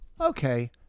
okay